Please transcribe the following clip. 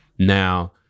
Now